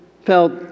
felt